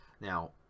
Now